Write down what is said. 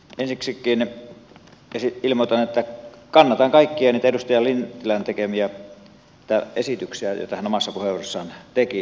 ensiksikin ilmoitan että kannatan kaikkia niitä edustaja lintilän tekemiä esityksiä joita hän omassa puheenvuorossaan teki